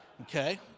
okay